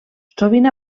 sovint